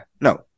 No